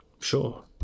Sure